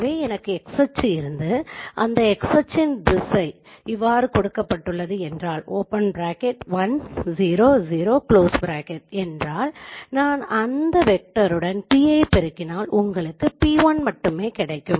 எனவே எனக்கு X அச்சு இருந்து அந்த X அச்சின் திசை கொடுக்கப்பட்டுள்ளது என்றால் நான் இந்த வெக்டருடன் p ஐ பெருக்கினால் உங்களுக்கு p1 மட்டுமே கிடைக்கும்